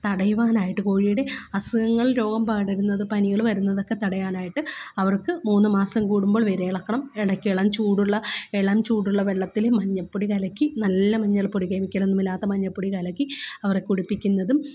തടയുവാനായിട്ട് കോഴിയുടെ അസുഖങ്ങൾ രോഗം പടരുന്നതും പനികള് വരുന്നതൊക്കെ തടയാനായിട്ട് അവർക്ക് മൂന്ന് മാസം കൂടുമ്പോൾ വിരയിളക്കണം ഇടയ്ക്കിളം ചൂടുള്ള ഇളം ചൂടുള്ള വെള്ളത്തില് മഞ്ഞപ്പൊടി കലക്കി നല്ല മഞ്ഞൾപ്പൊടി കെമിക്കലൊന്നുമില്ലാത്ത മഞ്ഞപ്പൊടി കലക്കി അവരെ കുടിപ്പിക്കുന്നതും